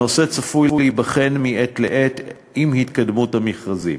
הנושא צפוי להיבחן מעת לעת עם התקדמות המכרזים.